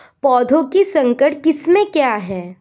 पौधों की संकर किस्में क्या हैं?